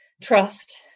trust